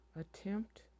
attempt